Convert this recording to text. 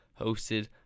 hosted